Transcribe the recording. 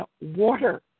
water